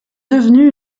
devenue